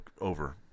over